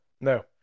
No